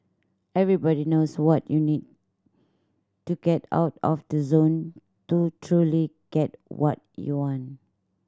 everybody knows what you need to get out of the zone to truly get what you want